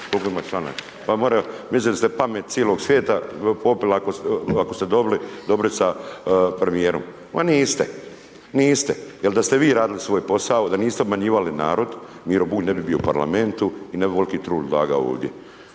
Pa mislite da ste pamet cijelog svijeta popili, ako ste dobri sa premijerom. Ma niste! Niste! Jer da ste vi radili svoj posao, da niste obmanjivali narod Miro Bulj ne bi bio u Parlamentu i ne bi ovoliki trud ulagao ovdje.